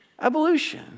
Evolution